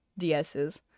DSs